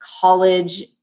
college